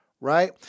right